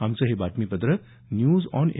आमचं हे बातमीपत्र न्यूज ऑन ए